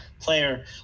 player